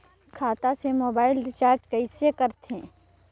खाता से mobile recharge कइसे करथे